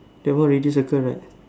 that one already circle right